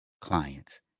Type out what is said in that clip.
clients